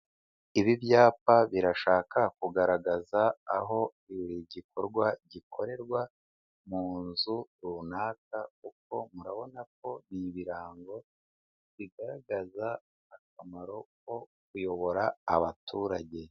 Ibi byapa birashaka kugaragaza aho igikorwa gikorerwa mu nzu runaka, kuko murabona ko ibi birango bigaragaza akamaro ko kuyobora abaturage.